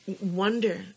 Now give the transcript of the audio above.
wonder